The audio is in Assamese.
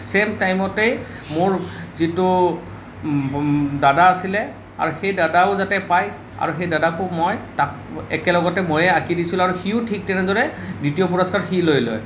চেইম টাইমতেই মোৰ যিটো দাদা আছিলে আৰু সেই দাদাও যাতে পাই আৰু সেই দাদাকো মই তাক একেলগতে ময়ে আঁকি দিছিলোঁ আৰু সিয়ো ঠিক তেনেদৰে দ্বিতীয় পুৰস্কাৰ সি লৈ লয়